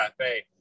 Cafe